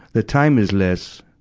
the time is less,